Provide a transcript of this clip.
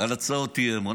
על הצעות אי-אמון.